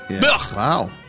Wow